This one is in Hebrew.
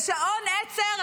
ושעון העצר,